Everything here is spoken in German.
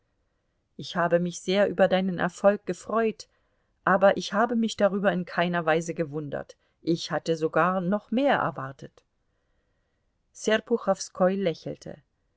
ich habe mich sehr über deinen erfolg gefreut aber ich habe mich darüber in keiner weise gewundert ich hatte sogar noch mehr erwartet serpuchowskoi lächelte